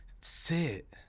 sit